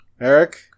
Eric